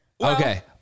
Okay